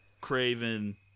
Craven